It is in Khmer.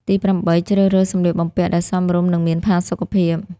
ទីប្រាំបី ជ្រើសរើសសំលៀកបំពាក់ដែលសមរម្យ និងមានផាសុកភាព។